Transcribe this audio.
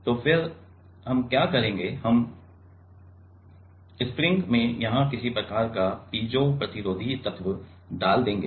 तो फिर हम क्या करेंगे हम स्प्रिंग में यहां किसी प्रकार का पीजो प्रतिरोधी तत्व डाल देंगे